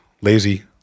lazy